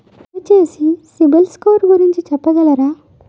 దయచేసి సిబిల్ స్కోర్ గురించి చెప్పగలరా?